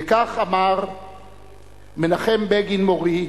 וכך אמר מנחם בגין מורי,